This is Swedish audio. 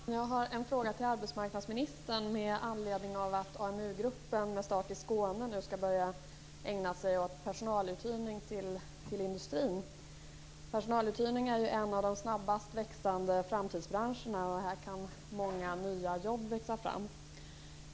Fru talman! Jag har en fråga till arbetsmarknadsministern med anledning av att AmuGruppen med början i Skåne skall börja ägna sig åt personaluthyrning till industrin. Personaluthyrning är ju en av de snabbast växande framtidsbranscherna, och många nya jobb kan växa fram i den.